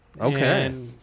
Okay